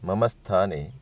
मम स्थाने